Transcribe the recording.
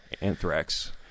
Anthrax